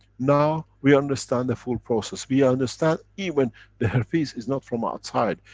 now we understand the full process. we understand even the herpes is not from outside.